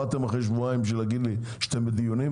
באתם אחרי שבועיים כדי להגיד לי שאתם בדיונים?